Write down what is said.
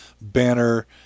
banner